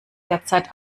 derzeit